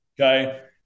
Okay